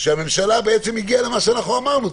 שהממשלה הגיעה למה שאנחנו אמרנו.